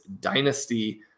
Dynasty